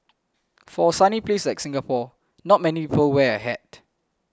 for a sunny place like Singapore not many people wear a hat